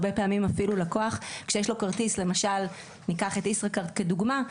הרבה פעמים אפילו לקוח שיש לו כרטיס למשל ניקח את ישראכרט כדוגמה,